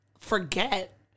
forget